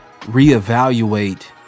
reevaluate